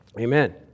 Amen